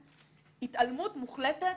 יש התעלמות מוחלטת